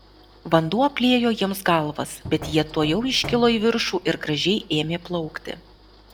vanduo apliejo jiems galvas bet jie tuojau iškilo į viršų ir gražiai ėmė plaukti